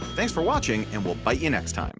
thanks for watching, and we'll bite ya next time.